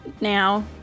now